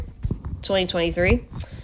2023